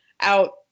out